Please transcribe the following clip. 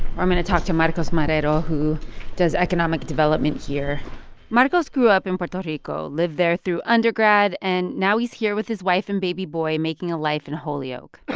i'm going to talk to marcos marrero who does economic development here marcos grew up in puerto rico, lived there through undergrad. and now he's here with his wife and baby boy making a life in holyoke